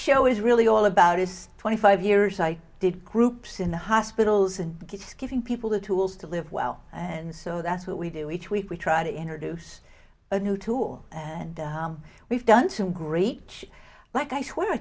show is really all about is twenty five years i did groups in the hospitals and it's giving people the tools to live well and so that's what we do each week we try to introduce a new tool and we've done to greet each like i swear i